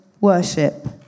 worship